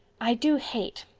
i do hate.